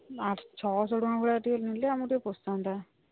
ଆଠ ଛଅଶହ ଟଙ୍କା ଭଳିଆ ଟିକେ ନେଲେ ଆମକୁ ଟିକେ ପୋଷନ୍ତା